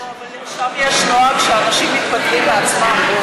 אבל שם יש נוהג שאנשים מתפטרים מעצמם.